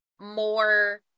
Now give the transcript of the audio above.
more